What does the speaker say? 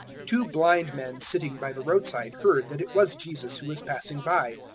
two blind men sitting by the roadside heard that it was jesus who was passing by,